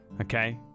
Okay